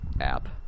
app